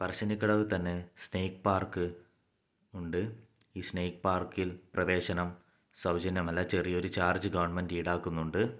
പറശ്ശിനിക്കടവിൽ തന്നെ snake park ഉണ്ട് ഈ സ്നേക്ക് പാർക്കിൽ പ്രവേശനം സൗജന്യമല്ല ചെറിയൊരു ചാർജ് ഗവൺമെൻറ് ഈടാക്കുന്നുണ്ട്